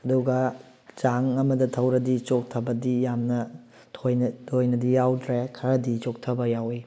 ꯑꯗꯨꯒ ꯆꯥꯡ ꯑꯃꯗ ꯊꯧꯔꯗꯤ ꯆꯣꯛꯊꯕꯗꯤ ꯌꯥꯝꯅ ꯊꯣꯏꯅ ꯊꯣꯏꯅꯗꯤ ꯌꯥꯎꯗ꯭ꯔꯦ ꯈꯔꯗꯤ ꯆꯣꯛꯊꯕ ꯌꯥꯎꯋꯤ